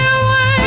away